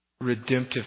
redemptive